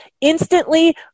instantly